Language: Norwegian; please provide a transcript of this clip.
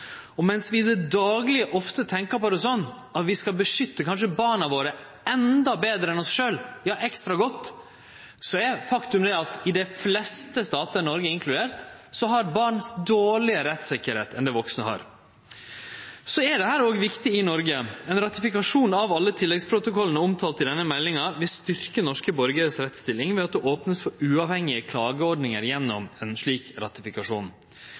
Og mens vi i det daglege ofte tenkjer på det slik at vi skal beskytte barna våre endå betre enn oss sjølve – ja, ekstra godt – er det eit faktum at i dei fleste statar, Noreg inkludert, har barn dårlegare rettstryggleik enn vaksne. Dette er òg viktig i Noreg: Ein ratifikasjon av alle tilleggsprotokollane omtalt i denne meldinga vil styrkje rettsstillinga til norske borgarar ved at det vert opna for uavhengige klageordningar gjennom ein slik ratifikasjon.